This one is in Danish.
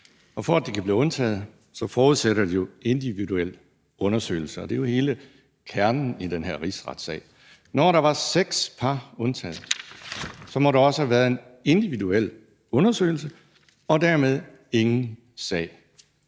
og for at de kan blive undtaget, forudsætter det jo en individuel undersøgelse. Det er jo hele kernen i den her rigsretssag. Når der var seks par, der var undtaget, må der også have været en individuel undersøgelse og dermed ingen sag.